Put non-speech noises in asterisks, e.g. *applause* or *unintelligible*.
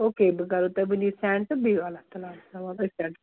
okay بہٕ کَرو تۄہہِ وٕنی سٮ۪نٛڈ تہٕ بِہِو اللہ تعالہس حوال *unintelligible*